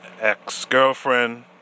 ex-girlfriend